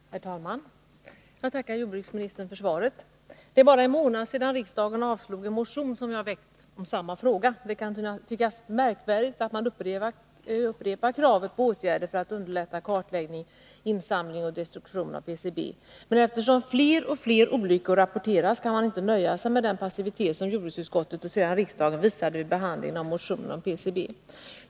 Herr talman! Jag tackar jordbruksministern för svaret på min fråga. Det är bara en månad sedan riksdagen avslog en motion som jag väckt i samma ärende. Det kan tyckas märkvärdigt att man på detta sätt upprepar kravet på åtgärder för att underlätta kartläggning, insamling och destruktion av PCB, men eftersom fler och fler olyckor rapporterats, kan man inte nöja sig med den passivitet som jordbruksutskottet och sedan riksdagen visade vid behandlingen av motionen om PCB.